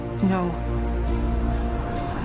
No